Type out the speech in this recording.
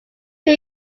two